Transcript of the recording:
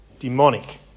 Demonic